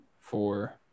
four